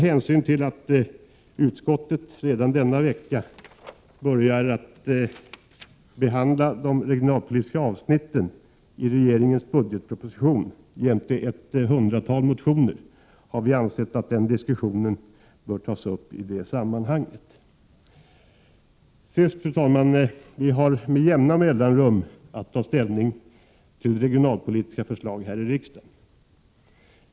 Utskottet börjar som sagt redan denna vecka behandla de regionalpolitiska avsnitten i regeringens budgetproposition jämte ett hundratal motioner. Vi har ansett att den diskussionen bör tas upp i det sammanhanget. Fru talman! Vi har här i riksdagen med jämna mellanrum att ta ställning till regionalpolitiska förslag.